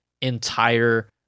entire